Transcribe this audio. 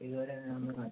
ഇതുവരെ ഞാനൊന്ന്